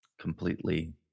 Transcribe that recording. Completely